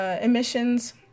emissions